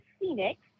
Phoenix